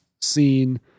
seen